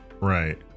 Right